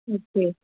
okay